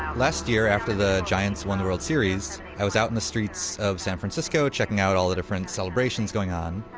last year, after the giants won the world series, i was out in the streets of san francisco checking out all the different celebrations going on,